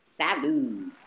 Salud